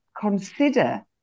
consider